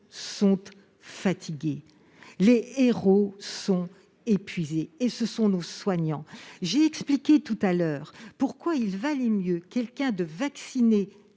sont fatigués. » Ces héros, ce sont nos soignants ! J'ai expliqué tout à l'heure pourquoi il valait mieux quelqu'un de vacciné